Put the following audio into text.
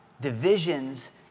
Divisions